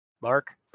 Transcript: Mark